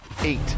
eight